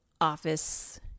office